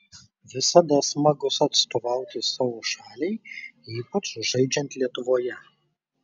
visada smagus atstovauti savo šaliai ypač žaidžiant lietuvoje